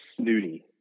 snooty